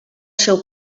seu